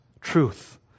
truth